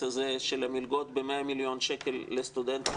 הזה של המלגות ב-100 מיליון שקל לסטודנטים,